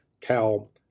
tell